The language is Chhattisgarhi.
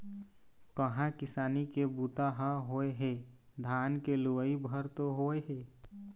कहाँ किसानी के बूता ह होए हे, धान के लुवई भर तो होय हे